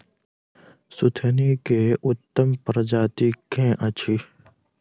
सुथनी केँ उत्तम प्रजाति केँ अछि?